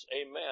Amen